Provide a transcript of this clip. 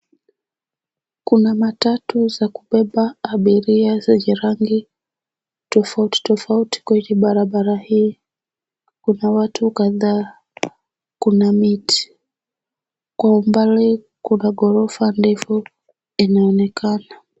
Kuna matatu za kubeba abiria zenye rangi tofauti tofauti kwenye barabara hii. Kuna watu kadhaa, kuna miti, kwa umbali kuna ghorofa ndefu inaonekana.